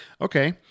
Okay